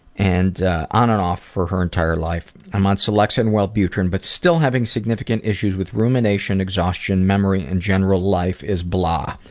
and on and off for her entire life. i'm on celexa and wellbutrin, but still having significant issues with rumination, exhaustion, memory, in general life is blah,